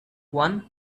one